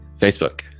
Facebook